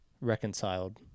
reconciled